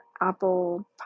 Apple